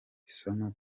isomo